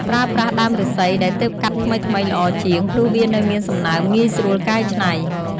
ប្រើប្រាស់ដើមឫស្សីដែលទើបកាត់ថ្មីៗល្អជាង ព្រោះវានៅមានសំណើមងាយស្រួលកែច្នៃ។